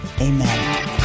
amen